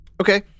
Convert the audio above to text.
Okay